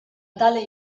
tale